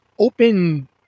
open